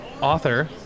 author